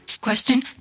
Question